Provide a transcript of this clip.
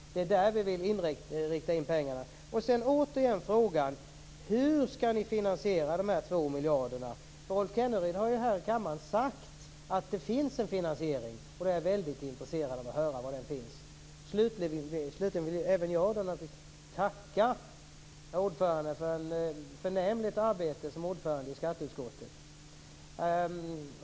Det är där vi vill rikta in pengarna. Återigen frågan: Hur skall ni finansiera de 2 miljarderna? Rolf Kenneryd har ju här i kammaren sagt att det finns en finansiering. Då är jag väldigt intresserad av att höra var den finns. Slutligen vill även jag naturligtvis tacka herr ordförande för ett förnämligt arbete som ordförande i skatteutskottet.